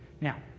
Now